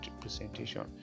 presentation